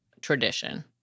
tradition